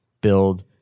build